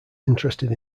interested